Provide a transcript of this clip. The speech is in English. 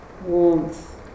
Warmth